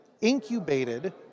incubated